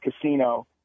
casino